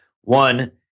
One